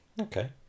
Okay